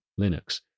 Linux